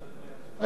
איך שאתה רוצה.